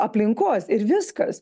aplinkos ir viskas